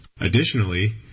Additionally